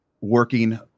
working